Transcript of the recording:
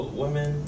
women